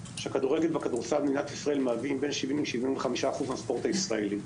שהכדורגל והכדורסל במדינת ישראל מהווים בין 70% 75% מהספורט הישראלי.